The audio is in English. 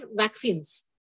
vaccines